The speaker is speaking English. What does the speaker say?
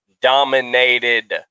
dominated